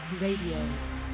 Radio